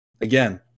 Again